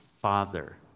Father